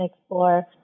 explore